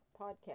podcast